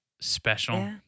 special